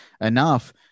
enough